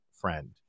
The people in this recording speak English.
friend